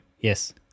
Yes